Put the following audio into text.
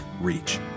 reach